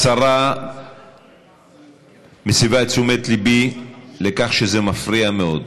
השרה מסבה את תשומת לבי לכך שזה מפריע מאוד,